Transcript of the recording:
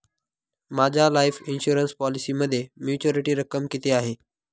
माझ्या life insurance पॉलिसीमध्ये maturity रक्कम किती आहे?